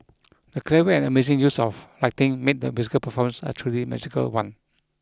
the clever and amazing use of lighting made the musical performance a truly magical one